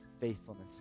faithfulness